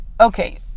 Okay